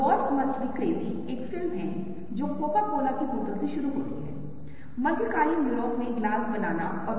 तो ये उदाहरण हैं ये रेखाएं वक्र रेखाओं की तरह दिखती हैं लेकिन ये वास्तव में सीधी रेखाएं हैं